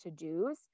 to-dos